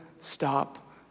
stop